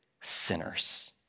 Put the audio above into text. sinners